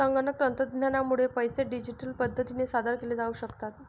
संगणक तंत्रज्ञानामुळे पैसे डिजिटल पद्धतीने सादर केले जाऊ शकतात